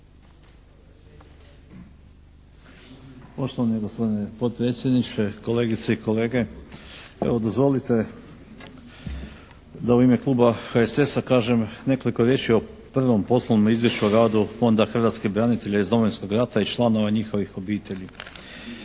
Poštovani gospodine potpredsjedniče, kolegice i kolege. Evo dozvolite da u ime Kluba HSS-a kažem nekoliko riječi o prvom poslovnom izvješću o radu Fonda hrvatskih branitelja iz Domovinskog rata i članova njihovih obitelji.